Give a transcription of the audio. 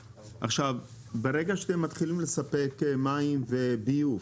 ברגע שאתם מתחילים לספק מים וביוב,